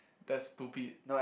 that's stupid